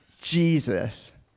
Jesus